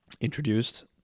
introduced